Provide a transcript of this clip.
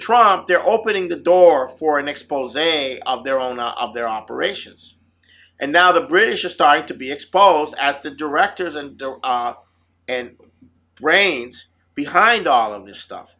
trying they're opening the door for an expos of their own of their operations and now the british are starting to be exposed as the directors and don't and brains behind all of this stuff